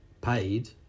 paid